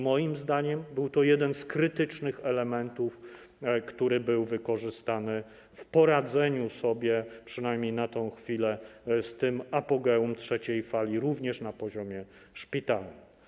Moim zdaniem był to jeden z krytycznych elementów, który był wykorzystany w poradzeniu sobie, przynajmniej na tę chwilę, z tym apogeum trzeciej fali, również na poziomie szpitalnym.